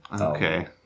Okay